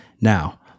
Now